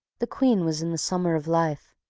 the queen was in the summer of life.